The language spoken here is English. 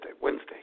Wednesday